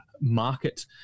market